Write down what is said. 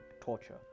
torture